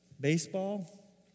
Baseball